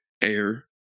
air